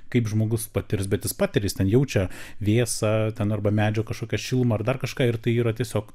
kaip žmogus patirs bet jis patiria jis ten jaučia vėsą ten arba medžio kažkokią šilumą ar dar kažką ir tai yra tiesiog